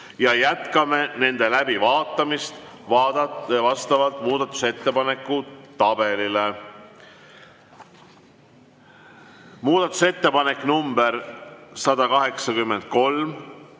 me jätkame nende läbivaatamist vastavalt muudatusettepanekute tabelile. Muudatusettepanek nr 183,